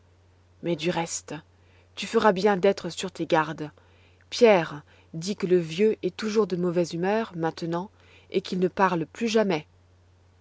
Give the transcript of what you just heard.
mais du reste tu feras bien d'être sur tes gardes pierre dit que le vieux est toujours de mauvaise humeur maintenant et qu'il ne parle plus jamais